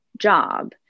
job